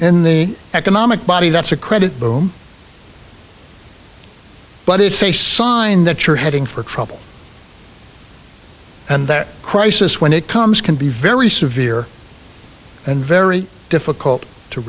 in the economic body that's a credit boom but it's a sign that you're heading for trouble and that crisis when it comes can be very severe and very difficult to